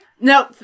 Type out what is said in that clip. No